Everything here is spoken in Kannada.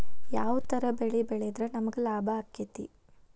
ಯಾವ ತರ ಬೆಳಿ ಬೆಳೆದ್ರ ನಮ್ಗ ಲಾಭ ಆಕ್ಕೆತಿ?